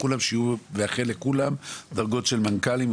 ומאחל לכולם דרגות של מנכ"לים,